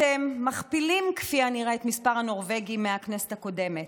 אתם מכפילים כפי הנראה את מספר הנורבגים מהכנסת הקודמת.